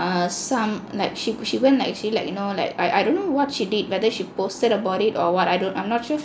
err some like she she went like actually like you know like I I don't know what she did whether she posted about it or what I don't I'm not sure